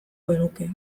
genuke